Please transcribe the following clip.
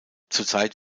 zurzeit